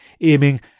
aiming